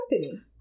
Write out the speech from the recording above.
company